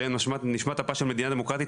שהן נשמת אפה של מדינה דמוקרטית,